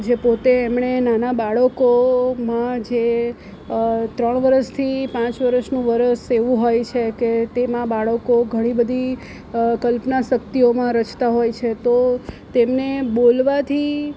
જે પોતે એમણે નાના બાળકોમાં જે ત્રણ વરસથી પાંચ વરસનું વરસ એવું હોય છે કે તેમાં બાળકો ઘણી બધી કલ્પના શક્તિઓમાં રચતા હોય છે તો તેમને બોલવાથી